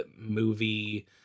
movie